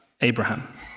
Abraham